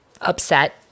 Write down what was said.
upset